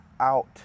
out